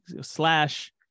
slash